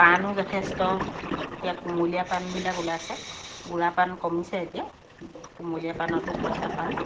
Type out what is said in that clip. পাণো যথেষ্ট এতিয়া কুমলীয়া পাণবিলাক ওলাইছে বুঢ়া পাণ কমিছে এতিয়া কুমলীয়া পাণতো পইচা পাম